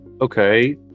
okay